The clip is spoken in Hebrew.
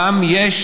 גם יש